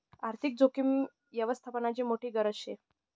आर्थिक जोखीम यवस्थापननी मोठी गरज शे